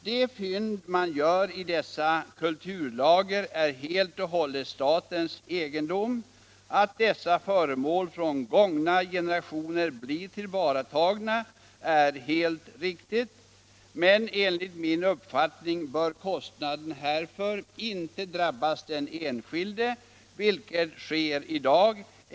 De fynd man gör i dessa kulturlager är helt och hållet statens egendom. Att dessa föremål från gångna generationer blir tillvaratagna är helt riktigt. Men enligt min uppfattning bör kostnaden härför inte drabba den enskilde, vilket sker i dag.